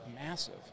massive